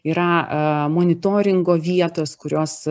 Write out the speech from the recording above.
yra e monitoringo vietos kurios